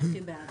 הכי בעד.